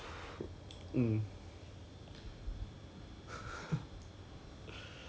then 等下明天他跟我讲 orh bye bye that's it thank you for your service then what to do